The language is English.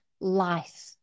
life